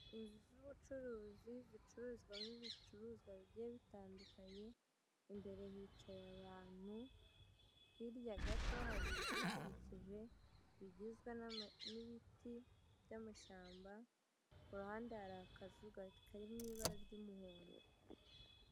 Inzu z'ubucuruzi zicuruzwamo ibicuruzwa bye bitandukanye imbere hicaye abantu hirya gato hari ibidukikije bigizwe n'ibiti by'amashyamba kuruhande hari akazu gato kari mu'ibara ry'umuhondo.